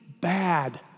bad